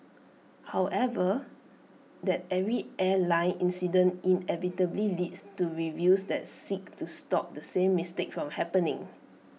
however that every airline incident inevitably leads to reviews that seek to stop the same mistake from happening